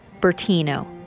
Bertino